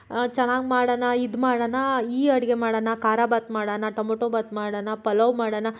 ಚೆನ್ನಾಗಿ ಮಾಡೋಣ ಇದು ಮಾಡೋಣ ಈ ಅಡುಗೆ ಮಾಡೋಣ ಖಾರಭಾತ್ ಮಾಡೋಣ ಟೊಮೊಟೊ ಭಾತ್ ಮಾಡೋಣ ಪಲಾವ್ ಮಾಡೋಣ